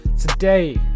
Today